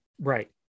Right